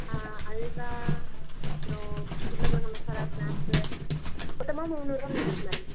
அல்வா அப்புறோம் உருளைக்கெழங்கு மசாலா ஸ்நாக்ஸு மொத்தமாக முன்னூறுவா வந்துடுச்சு மேடம்